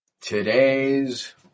Today's